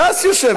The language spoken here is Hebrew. ש"ס יושבת שם.